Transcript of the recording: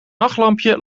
nachtlampje